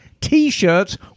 t-shirts